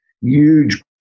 huge